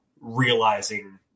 realizing